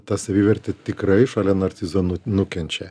ta savivertė tikrai šalia narcizo nu nukenčia